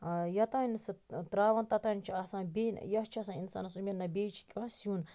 یوٚتام نہٕ سُہ تراوَن توٚتام چھُ آسان بیٚیہ یا چھِ آسان اِنسانَس اُمیٖد نَہ بیٚیہِ چھِ کانٛہہ سیُن